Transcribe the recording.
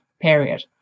period